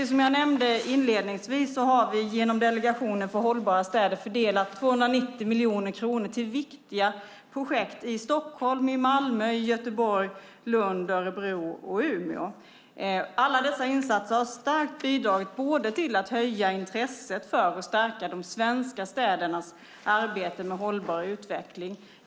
Som jag nämnde inledningsvis har vi genom Delegationen för hållbara städer fördelat 290 miljoner kronor till viktiga projekt i Stockholm, Malmö, Göteborg, Lund, Örebro och Umeå. Alla dessa insatser har starkt bidragit till att både höja intresset för och stärka de svenska städernas arbete med hållbar utveckling.